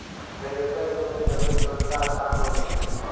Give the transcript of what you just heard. tractor युग में जमीन जोतेला आसान हो गेले हइ